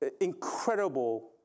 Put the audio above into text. incredible